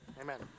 Amen